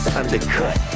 undercut